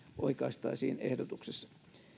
oikaistaisiin ehdotuksessa